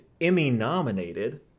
Emmy-nominated